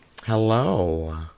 Hello